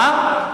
קצר.